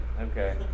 Okay